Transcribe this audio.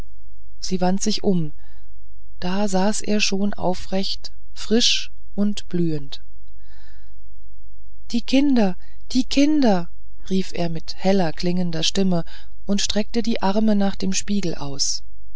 sie wandte sich um da saß er schon aufrecht frisch und blühend die kinder die kinder rief er mit heller klingender stimme und streckte die arme nach dem spiegel aus